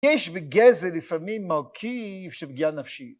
יש בגזל לפעמים מרכיב של פגיעה נפשית.